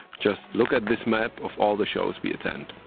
just look at this map of all the shows we attend.